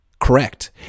Correct